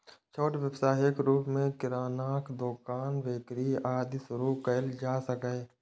छोट व्यवसायक रूप मे किरानाक दोकान, बेकरी, आदि शुरू कैल जा सकैए